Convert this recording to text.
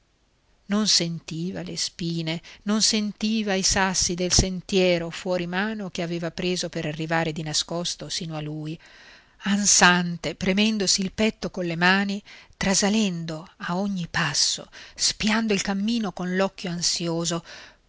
non sentiva le spine non sentiva i sassi del sentiero fuori mano che aveva preso per arrivare di nascosto sino a lui ansante premendosi il petto colle mani trasalendo a ogni passo spiando il cammino con l'occhio ansioso